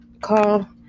call